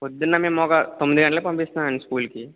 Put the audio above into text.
పొద్దున్న మేము ఒక తొమ్మిది గంటలకి పంపిస్తున్నామండి స్కూల్కి